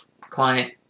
client